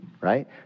right